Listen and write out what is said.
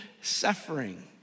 suffering